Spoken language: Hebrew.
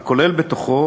הכולל בתוכו